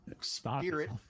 spirit